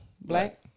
Black